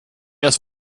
erst